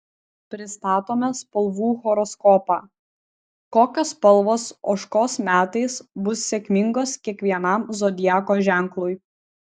pristatome spalvų horoskopą kokios spalvos ožkos metais bus sėkmingos kiekvienam zodiako ženklui